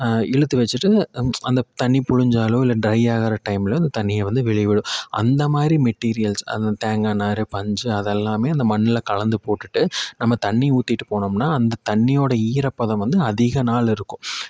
இழுத்து வச்சிகிட்டு அந்த தண்ணி பிழிஞ்சாலோ இல்லை ட்ரை ஆகிற டைமில் அந்த தண்ணியை வந்து வெளியே விடும் அந்த மாதிரி மெட்டிரியல்ஸ் அந்த தேங்காய் நார் பஞ்சு அதெல்லாம் அந்த மண்ணில் கலந்து போட்டுட்டு நம்ம தண்ணி ஊற்றிட்டு போனோம்னா அந்த தண்ணியோடய ஈரப்பதம் வந்து அதிக நாள் இருக்கும்